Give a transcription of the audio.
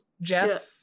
Jeff